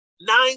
nine